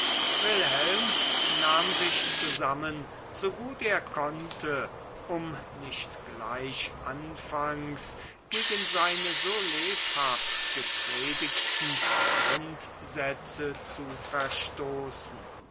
wilhelm nahm sich zusammen so gut er konnte um nicht gleich anfangs gegen seine so lebhaft gepredigten grundsätze zu verstoßen